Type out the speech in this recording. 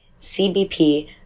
CBP